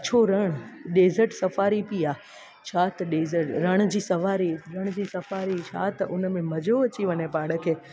अछोरण desert safari बि आहे छा त डेजर्ट रण जी सवारी रण जी सफ़ारी छा त उनमें मज़ो अची वञे पाण खे